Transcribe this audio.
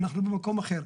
אנחנו במקום אחר.